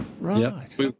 right